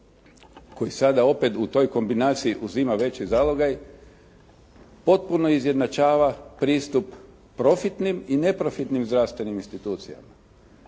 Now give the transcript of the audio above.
koji sada opet u toj kombinaciji uzima veći zalogaj potpuno izjednačava pristup profitnim i neprofitnim zdravstvenim institucijama.